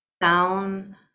down